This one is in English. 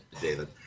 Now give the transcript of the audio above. David